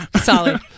Solid